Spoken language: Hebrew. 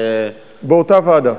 באותה ועדה.